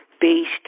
based